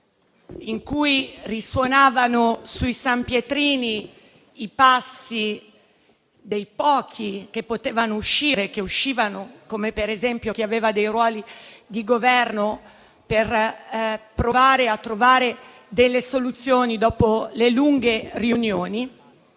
risuonavano sui sanpietrini i passi dei pochi che potevano uscire e che uscivano, come per esempio chi aveva dei ruoli di Governo, per provare a trovare delle soluzioni dopo le lunghe riunioni.